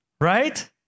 right